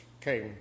came